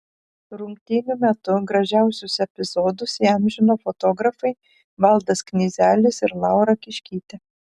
rungtynių metu gražiausius epizodus įamžino fotografai valdas knyzelis ir laura kiškytė